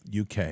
UK